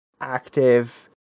active